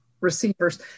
receivers